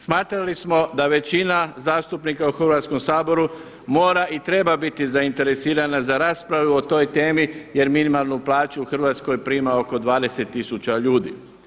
Smatrali smo da većina zastupnika u Hrvatskom saboru mora i treba biti zainteresirana za raspravu o toj temi, jer minimalnu plaću u Hrvatskoj prima oko 20000 ljudi.